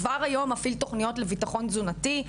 כבר היום מפעיל תוכניות לביטחון תזונתי,